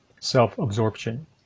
self-absorption